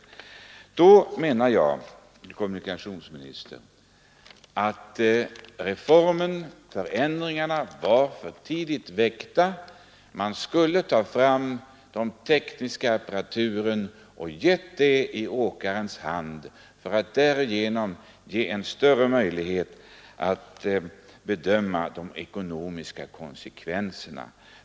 Och då menar jag, herr kommunikationsminister, att reformen har genomförts för tidigt. Man skulle i stället ha färdigställt den tekniska apparatur som behövs och satt den i åkarnas händer för att därigenom ge dem större möjligheter att bedöma de ekonomiska konsekvenserna.